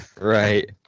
right